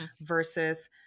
versus